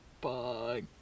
bye